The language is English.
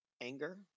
anger